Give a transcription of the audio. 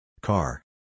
Car